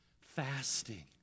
Fasting